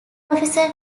professor